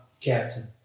captain